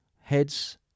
heads